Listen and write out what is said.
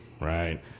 right